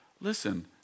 listen